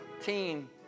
team